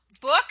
book